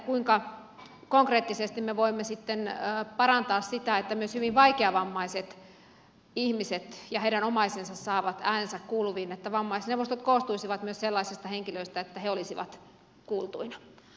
kuinka konkreettisesti me voimme sitten parantaa sitä että myös hyvin vaikeavammaiset ihmiset ja heidän omaisensa saavat äänensä kuuluviin että vammaisneuvostot koostuisivat myös sellaisista henkilöistä että he olisivat kuultuina